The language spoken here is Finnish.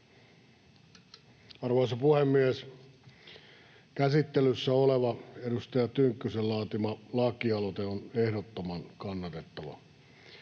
Arvoisa puhemies! Käsittelyssä oleva edustaja Tynkkysen laatima lakialoite on ehdottoman kannatettava.